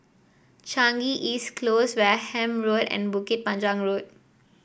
Changi East Close Wareham Road and Bukit Panjang Road